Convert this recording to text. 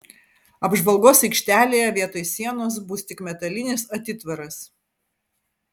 apžvalgos aikštelėje vietoj sienos bus tik metalinis atitvaras